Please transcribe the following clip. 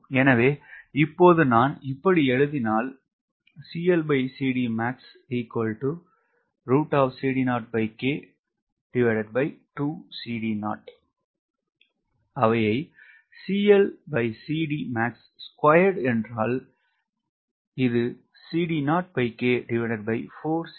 எனவே இப்போது நான் இப்படி எழுதினால் எனவே மேலும் K என்பது என்ன